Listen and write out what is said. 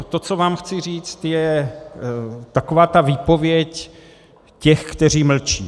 To, co vám chci říct, je taková ta výpověď těch, kteří mlčí.